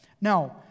Now